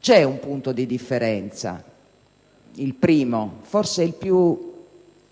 C'è un punto di differenza, il primo e forse più